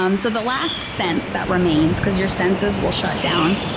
um so the last sense that remains, because your senses will shut down,